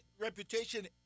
reputation